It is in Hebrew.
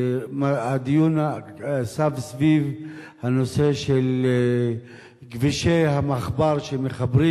הדיון נסב על הנושא של כבישי המחבר שמחברים